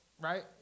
right